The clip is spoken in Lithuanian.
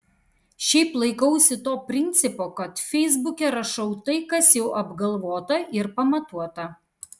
šiaip laikausi to principo kad feisbuke rašau tai kas jau apgalvota ir pamatuota